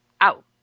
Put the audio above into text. out